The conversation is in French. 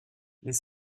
les